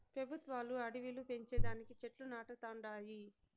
పెబుత్వాలు అడివిలు పెంచే దానికి చెట్లు నాటతండాయి